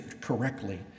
correctly